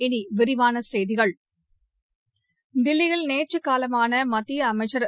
இனி விரிவான செய்திகள் தில்லியில் நேற்று காலமான மத்திய அமைச்சர் திரு